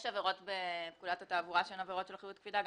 יש עבירות בפקודת התעבורה שהן עבירות של אחריות קפידה.